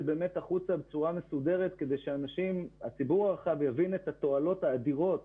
החוצה בצורה מסודרת כדי שהציבור הרחב יבין את התועלות האדירות